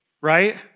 Right